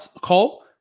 call